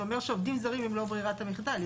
זה אומר שעובדים זרים הם לא ברירת המחדל.